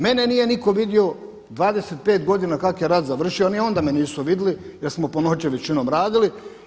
Mene nije nitko vidio 25 godina kak' je rat završio, ni onda me nisu vidli jer smo po noći većinom radili.